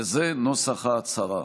וזה נוסח ההצהרה: